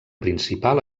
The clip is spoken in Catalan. principal